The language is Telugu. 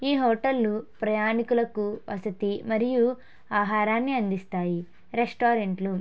ఈ హోటళ్లు ప్రయాణీకులకు వసతి మరియు ఆహారాన్ని అందిస్తాయి రెస్టారెంట్లు